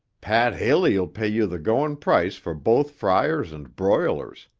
pat haley'll pay you the going price for both fryers and broilers.